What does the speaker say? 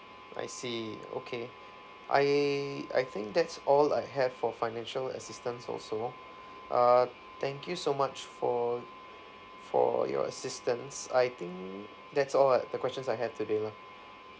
I see okay I I think that's all I have for financial assistance also uh thank you so much for for your assistance I think that's all uh the questions I have today lah